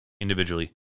individually